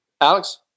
Alex